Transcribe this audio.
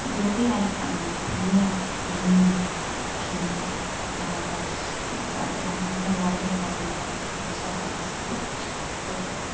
इतोपि अन्यं अन्यं किं वाद्यं अन्यवाद्यं वादयितुम् इच्छा अस्ति तत्र